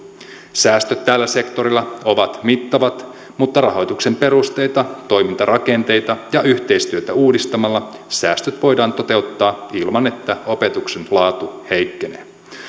säästöt tällä sektorilla ovat mittavat mutta rahoituksen perusteita toimintarakenteita ja yhteistyötä uudistamalla säästöt voidaan toteuttaa ilman että opetuksen laatu heikkenee